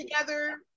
together